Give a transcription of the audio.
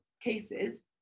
cases